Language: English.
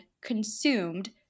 consumed